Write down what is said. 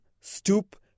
stoop